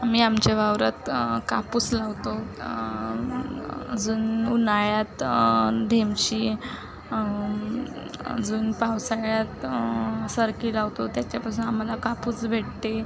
आम्ही आमच्या वावरात कापूस लावतो अजून उन्हाळ्यात ढेमशी अजून पावसाळ्यात सरकी लावतो त्याच्यापासून आम्हाला कापूस भेटते